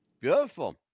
beautiful